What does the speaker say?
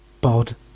Bod